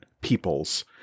peoples